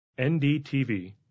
NDTV